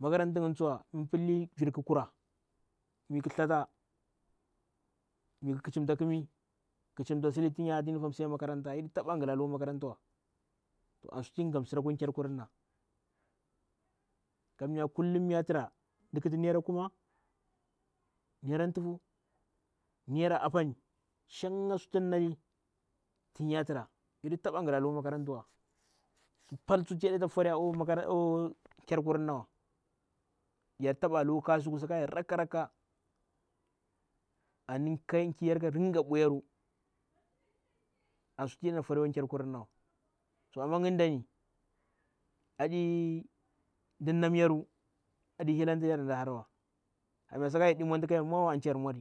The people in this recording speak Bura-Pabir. makarantu ngi tsuwa mi mda pilli virkhi kura mi tshata miki kichinta kmi tun yahatu uniomi. sai makaranta yaɗi taba ghlalo makarantiwa to an sufi gamsiraturm yaɗita ba ghila looo makarataw so an so sufi gha ma. kammya kellum mi yatura md kiti naira kuma, naira tuhu naira pal tun yawulti gool. Yanditab glulaloo makarantiuwa. su pal ti yana foriwa, yar taba loo kasuku sai yarrakka rakka anti mdu kiyaru ka dunga mbuyaru ansutu yana four akwa per kurinna. Amna lugdani mda nimbyas aɗi hilantrya ti da harawa.